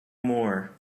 more